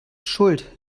schuld